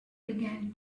began